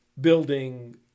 building